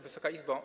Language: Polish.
Wysoka Izbo!